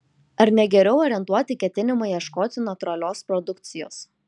ar ne geriau orientuoti ketinimą ieškoti natūralios produkcijos